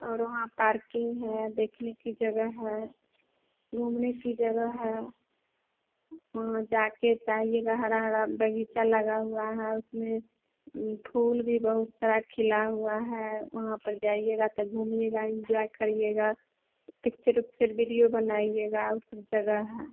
और वहाँ पार्किंग है बैठने की जगह है घूमने की जगह है वहाँ जाकर जाइएगा हरा हरा बगीचा लगा हुआ है और फिर फूल भी बहुत सारे खिला हुआ है वहाँ पर जाइएगा घूमिएगा इन्जॉय करिएगा पिक्चर विक्चर विडियो बनाइअगा उस जगह है